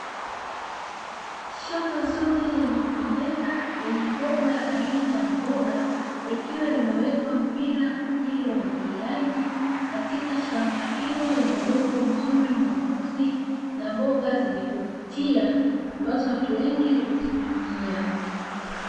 Shamba zuri lenye kupendeza, lenye mboga aina ya maboga, likiwa limewekwa mpira kwa ajili ya umwagiliaji katika shamba hilo lenye udongo mzuri mweusi, na mboga zenye kuvutia ambazo watu wengi huzitumia.